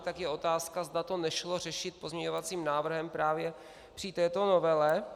Tak je otázka, zda to nešlo řešit pozměňovacím návrhem právě při této novele.